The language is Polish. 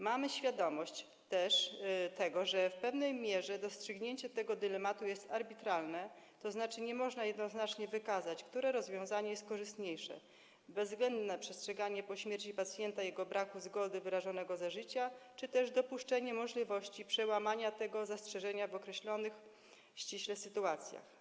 Mamy też świadomość tego, że w pewnej mierze rozstrzygnięcie tego dylematu jest arbitralne, tzn. nie można jednoznacznie wykazać, które rozwiązanie jest korzystniejsze, bez względu na przestrzeganie po śmierci pacjenta braku jego zgody wyrażonej za życia czy też dopuszczenie możliwości przełamania tego zastrzeżenia w ściśle określonych sytuacjach.